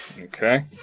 Okay